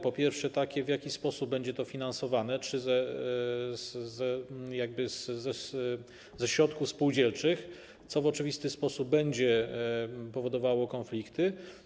Po pierwsze taki, w jaki sposób będzie to finansowane i czy ze środków spółdzielczych, co w oczywisty sposób będzie powodowało konflikty.